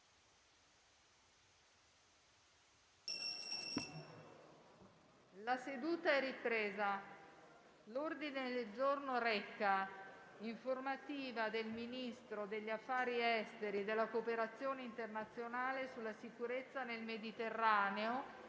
una nuova finestra"). L'ordine del giorno reca: «Informativa del Ministro degli affari esteri e della cooperazione internazionale sulla sicurezza nel Mediterraneo